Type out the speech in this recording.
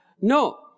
No